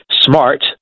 smart